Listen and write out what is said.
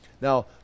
Now